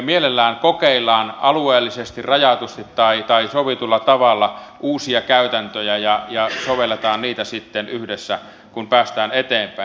mielellään kokeillaan alueellisesti rajatusti tai sovitulla tavalla uusia käytäntöjä ja sovelletaan niitä sitten yhdessä kun päästään eteenpäin